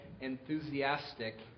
enthusiastic